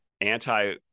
anti